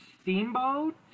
Steamboat